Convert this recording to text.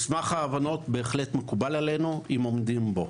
מסמך ההבנות בהחלט מקובל עלינו אם עומדים בו.